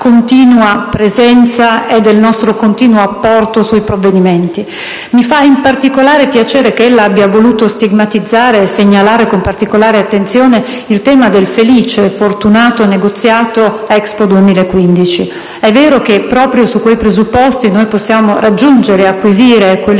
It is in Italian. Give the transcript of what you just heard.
presenza e del nostro continuo apporto sui provvedimenti. In particolare mi fa piacere che ella abbia voluto stigmatizzare e segnalare con particolare attenzione il tema del felice e fortunato negoziato Expo 2015. È vero che proprio su quei presupposti possiamo raggiungere ed acquisire